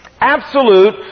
Absolute